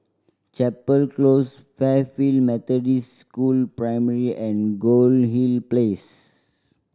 Chapel Close Fairfield Methodist School Primary and Goldhill Place